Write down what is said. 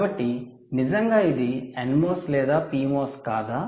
కాబట్టి నిజంగా ఇది NMOS లేదా PMOS కాదా